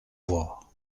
voir